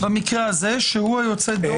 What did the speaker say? במקרה הזה שהוא היוצא דופן.